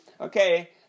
Okay